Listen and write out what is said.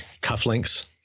cufflinks